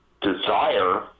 desire